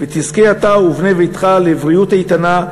ותזכה אתה ובני ביתך לבריאות איתנה,